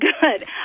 good